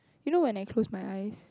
you know when I close my eyes